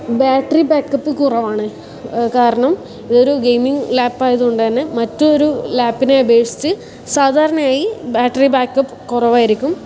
battery backup കുറവാണ് കാരണം ഒരു ഗെയിമിങ് ലാപ്പ് ആയത് കൊണ്ട് തന്നെ മറ്റൊരു ലാപ്പിനെ അപേക്ഷിച്ച് സാധാരണയായി ബാറ്ററി ബാക്ക്അപ്പ് കുറവായിരിക്കും